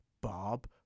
Bob